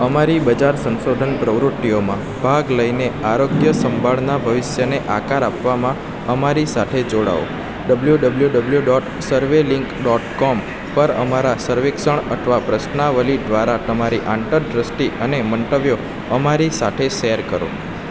અમારી બજાર સંશોધન પ્રવૃત્તિઓમાં ભાગ લઈને આરોગ્ય સંભાળના ભવિષ્યને આકાર આપવામાં અમારી સાથે જોડાઓ W W W dot survey link dot com પર અમારા સર્વેક્ષણ અથવા પ્રશ્નાવલી દ્વારા તમારી આંતરદૃષ્ટિ અને મંતવ્યો અમારી સાથે શેર કરો